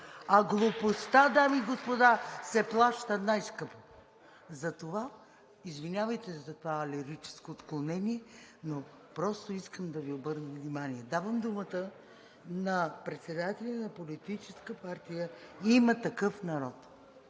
А глупостта, дами и господа, се плаща най-скъпо! Извинявайте за това лирическо отклонение, но просто искам да Ви обърна внимание. Давам думата на представителя на Политическа партия „Има такъв народ“,